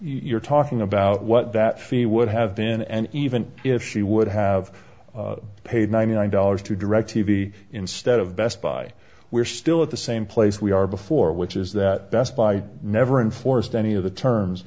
you're talking about what that fee would have been and even if she would have paid ninety nine dollars to directv instead of best buy we're still at the same place we are before which is that best buy never enforced any of the terms